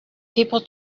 people